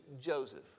Joseph